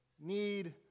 need